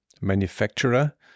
manufacturer